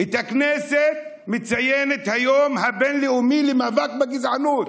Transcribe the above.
הכנסת מציינת את היום הבין-לאומי למאבק בגזענות.